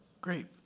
Great